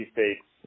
State's